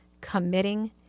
committing